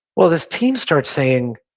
well, this team starts saying,